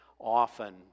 often